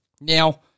Now